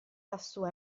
lassù